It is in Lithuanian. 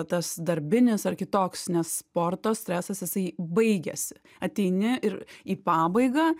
tas darbinis ar kitoks nes sporto stresas jisai baigiasi ateini ir į pabaigą